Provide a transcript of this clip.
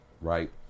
right